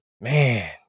man